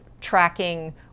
tracking